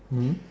mm